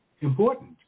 important